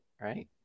right